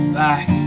back